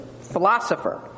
philosopher